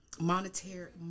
monetary